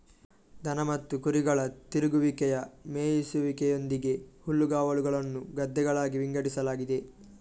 ದನ ಮತ್ತು ಕುರಿಗಳ ತಿರುಗುವಿಕೆಯ ಮೇಯಿಸುವಿಕೆಯೊಂದಿಗೆ ಹುಲ್ಲುಗಾವಲುಗಳನ್ನು ಗದ್ದೆಗಳಾಗಿ ವಿಂಗಡಿಸಲಾಗಿದೆ